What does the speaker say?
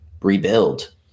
rebuild